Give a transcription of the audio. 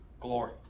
glory